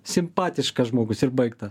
simpatiškas žmogus ir baigta